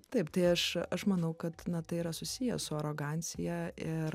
taip tai aš aš manau kad tai yra susiję su arogancija ir